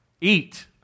Eat